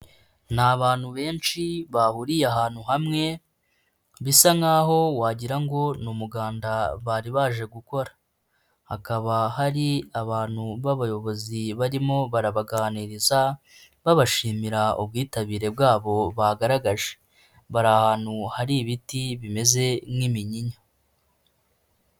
Ni abantu benshi bahuriye ahantu hamwe, bisa nkaho wagira ngo ni umuganda bari baje gukora, hakaba hari abantu b'abayobozi barimo barabaganiriza, babashimira ubwitabire bwabo bagaragaje, bari ahantu hari ibiti bimeze nk'iminyinya.